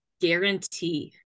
guarantee